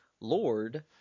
Lord